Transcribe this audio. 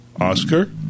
Oscar